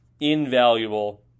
invaluable